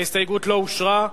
ההסתייגות לא אושרה.